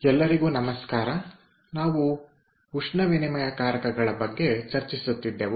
ಎಲ್ಲರಿಗೂ ನಮಸ್ಕಾರ ನಾವು ಉಷ್ಣವಿನಿಮಯಕಾರಕಗಳ ಬಗ್ಗೆ ಚರ್ಚಿಸುತ್ತಿದ್ದೆವು